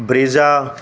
Brezza